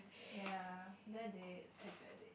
ya glad they act like